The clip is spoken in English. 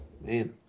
Man